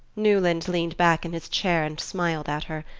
newland leaned back in his chair and smiled at her.